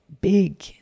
big